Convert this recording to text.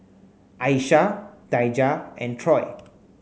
Aisha Daijah and Troy